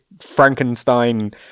frankenstein